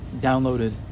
downloaded